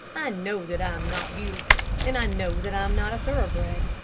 know that i am not beautiful, and i know that i am not a thoroughbred.